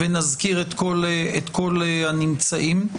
נזכיר את כל הנמצאים,